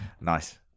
Nice